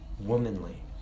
womanly